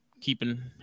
keeping